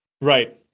Right